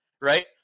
right